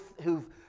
who've